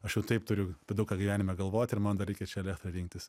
aš jau taip turiu apie daug ką gyvenime galvot ir man dar reikia čia elektrą rinktis